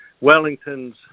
Wellington's